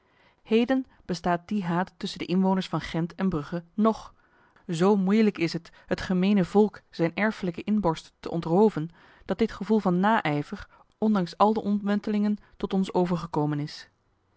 heden bestaat die haat tussen de inwoners van gent en brugge nog zo moeilijk is het het gemene volk zijn erfelijke inborst te ontroven dat dit gevoel van naijver ondanks al de omwentelingen tot ons overgekomen is